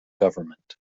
government